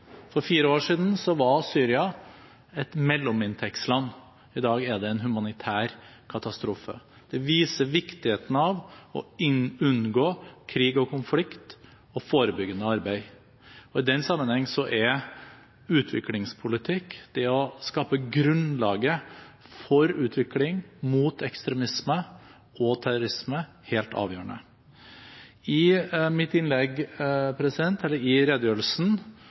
For fire år siden var Syria et mellominntektsland. I dag er det en humanitær katastrofe. Det viser viktigheten av å unngå krig og konflikt, og av forebyggende arbeid. I den sammenheng er utviklingspolitikk, det å skape grunnlaget for utvikling, mot ekstremisme og terrorisme, helt avgjørende. I redegjørelsen valgte jeg å slå fast at disse problemene har rykket oss nærmere. Vi har sett terroranslag i